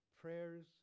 Prayers